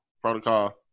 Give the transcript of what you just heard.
protocol